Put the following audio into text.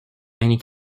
many